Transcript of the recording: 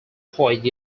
poet